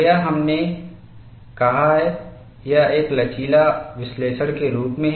और यह हमने कहा है यह एक लचीला विश्लेषण के रूप में